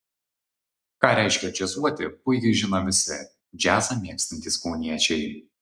ką reiškia džiazuoti puikiai žino visi džiazą mėgstantys kauniečiai